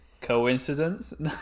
Coincidence